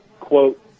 quote